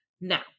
now